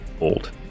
old